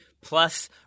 Plus